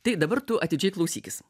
tai dabar tu atidžiai klausykis